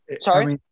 sorry